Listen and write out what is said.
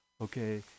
okay